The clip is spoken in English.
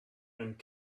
and